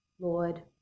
Lord